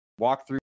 walkthrough